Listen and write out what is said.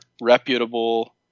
reputable